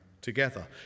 together